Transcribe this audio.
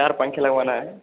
चार पंखे लगवाना हैं